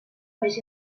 més